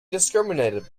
discriminated